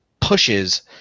pushes